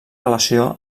relació